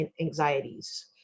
anxieties